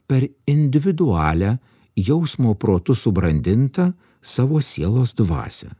per individualią jausmo protu subrandintą savo sielos dvasią